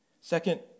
Second